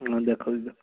ହଁ ଦେଖାଉଛି ଦେଖାଉଛି